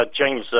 James